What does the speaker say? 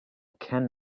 can